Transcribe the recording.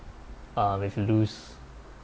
um if you lose